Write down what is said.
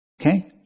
Okay